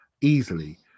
easily